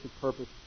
purpose